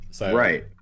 Right